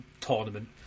tournament